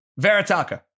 Veritaka